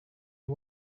you